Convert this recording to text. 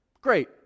great